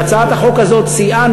שהצעת החוק הזאת סייעה,